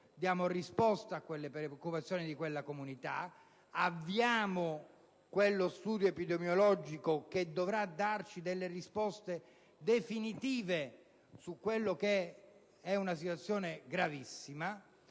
diamo risposta alle preoccupazioni di quella comunità, avremo quello studio epidemiologico che dovrà darci risposte definitive in relazione ad una situazione che è gravissima.